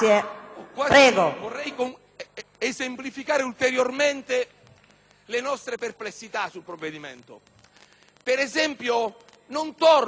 Vorrei esemplificare ulteriormente le nostre perplessità sul provvedimento. Non torno